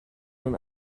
اون